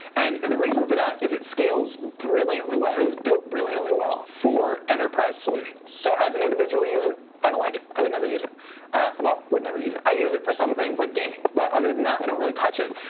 and the reason for that is it scales brilliantly well. it was built brilliantly well for enterprise solutions. so as an individual user, i don't like it. i would never use it would never use it. i use it for some things like gaming. but other than that, i don't really touch it.